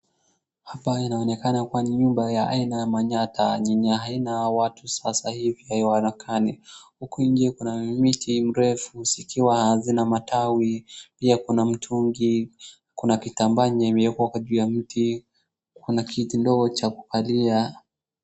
Hapa inaonekana kuwa ni nyumba ya aina ya manyatta yenye haina watu sasa hivi wenye wanakaa. Huku nje kuna miti mirefu zikiwa zina matawi pia kuna mtungi, kuna kitambaa yenye imewekwa kwa juu ya mti, Kuna kiti ndogo cha kukalia.